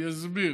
אני אסביר: